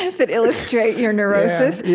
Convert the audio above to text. and that illustrate your neurosis. yeah